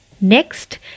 Next